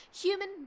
human